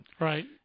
Right